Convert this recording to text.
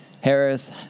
Harris